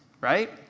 right